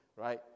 right